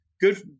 good